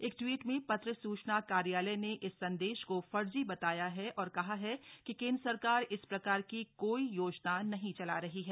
एक ट्वीट में प्रत्र सूचना कार्यालय ने इस संदेश को फर्जी बताया और कहा है कि केन्द्र सरकार इस प्रकार की कोई योजना नहीं चला रही है